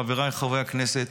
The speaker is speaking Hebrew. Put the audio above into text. חבריי חברי הכנסת,